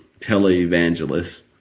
televangelists